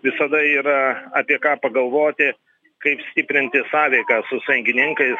visada yra apie ką pagalvoti kaip stiprinti sąveiką su sąjungininkais